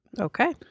Okay